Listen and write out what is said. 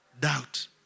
doubt